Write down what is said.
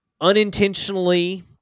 unintentionally